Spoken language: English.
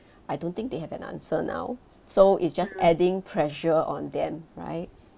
I don't think they have an answer now so it's just adding pressure on them right